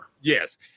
Yes